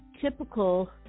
typical